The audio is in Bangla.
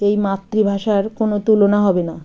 এই মাতৃভাষার কোনো তুলনা হবে না